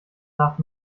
nach